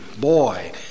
boy